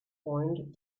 point